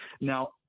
Now